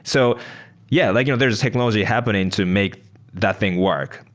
so yeah, like you know there's technology happening to make the thing work.